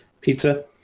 Pizza